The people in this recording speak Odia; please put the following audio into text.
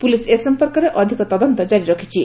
ପୁଲିସ ଏ ସମ୍ପର୍କରେ ଅଧିକ ତଦନ୍ତ କାରି ରଖିଛି